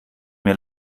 mir